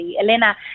Elena